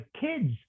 kids